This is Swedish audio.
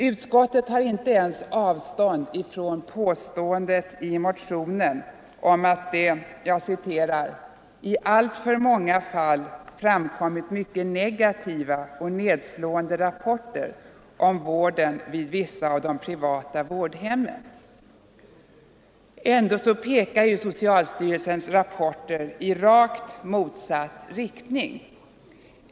Utskottet tar inte ens avstånd från påståendet i motionen att det ”i alltför många fall framkommit mycket negativa och nedslående rapporter om vården vid vissa av de privata vårdhemmen”. Ändå pekar socialstyrelsens rapporter i rakt motsatt riktning.